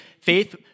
faith